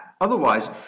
otherwise